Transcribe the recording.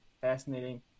fascinating